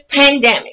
pandemic